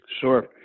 Sure